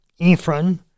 Ephron